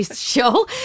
show